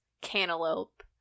cantaloupe